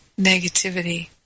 negativity